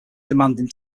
demanding